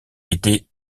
étaient